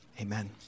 amen